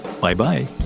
Bye-bye